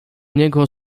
niego